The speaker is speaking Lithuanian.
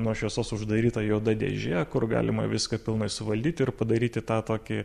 nuo šviesos uždaryta juoda dėžė kur galima viską pilnai suvaldyti ir padaryti tą tokį